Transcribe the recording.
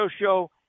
show